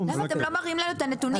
--- למה אתם לא מראים לנו את הנתונים,